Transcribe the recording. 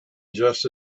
just